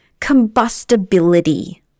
combustibility